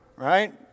Right